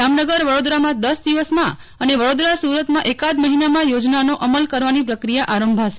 જામનગરવડોદરામાં દસ દિવસમાં અને વડોદરાસ્વરતમાં એકાદ મહિનામાં યોજનાનો અમલ કરવાની પ્રક્રિયા આરંભાશે